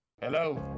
Hello